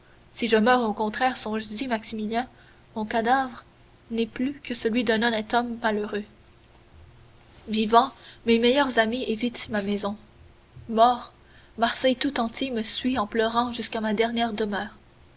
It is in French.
si je meurs au contraire songes-y maximilien mon cadavre n'est plus que celui d'un honnête homme malheureux vivant mes meilleurs amis évitent ma maison mort marseille tout entier me suit en pleurant jusqu'à ma dernière demeure